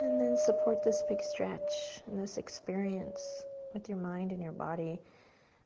and then support this big stretch and this experience with your mind and your body